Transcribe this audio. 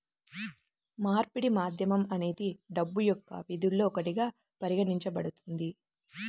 మార్పిడి మాధ్యమం అనేది డబ్బు యొక్క విధుల్లో ఒకటిగా పరిగణించబడుతుంది